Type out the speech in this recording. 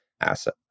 asset